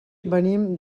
venim